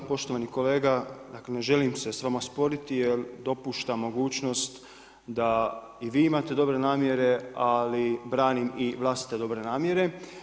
Poštovani kolega, dakle, ne želim se s vama sporiti, jer dopušta mogućnost, da i vi imate dobre namjere, ali i branim i vlastite dobre namjere.